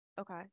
Okay